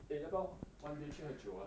eh 你要不要 one day 去喝酒 ah